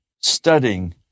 studying